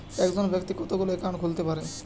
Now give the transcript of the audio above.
একজন ব্যাক্তি কতগুলো অ্যাকাউন্ট খুলতে পারে?